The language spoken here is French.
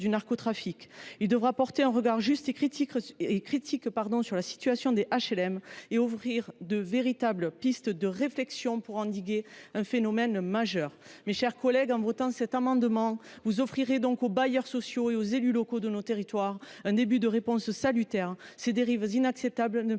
Il devra porter un regard juste et critique sur la situation des HLM et ouvrir de véritables pistes de réflexion pour endiguer un phénomène majeur. Mes chers collègues, en votant cet amendement, vous offrirez aux bailleurs sociaux et aux élus locaux de nos territoires un début de réponse salutaire. Ces dérives inacceptables ne peuvent demeurer longtemps